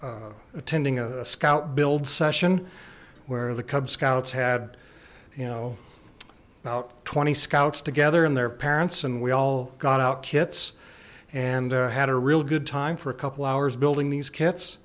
attending a scout build session where the cub scouts had you know about twenty scouts together and their parents and we all got out kits and had a real good time for a couple hours building these